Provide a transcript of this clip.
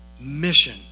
mission